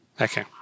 okay